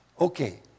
Okay